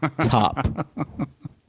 Top